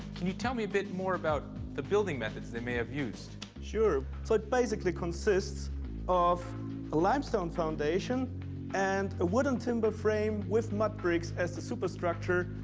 can you tell me a bit more about the building methods they may have used? sure. so it basically consists of a limestone foundation and a wooden timber frame with mud bricks as the superstructure,